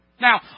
Now